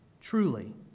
Truly